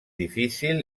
difícil